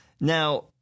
Now